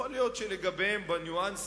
שיכול להיות שלגביהם בניואנסים,